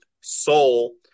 soul